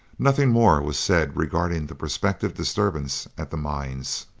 nothing more was said regarding the prospective disturbance at the mines.